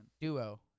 Duo